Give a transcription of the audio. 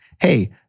hey